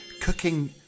cooking